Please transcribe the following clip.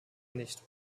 nicht